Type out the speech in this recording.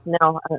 no